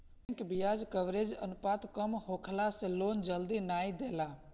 bank बियाज coverage अनुपात कम होखला से लोन जल्दी नाइ देला